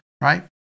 right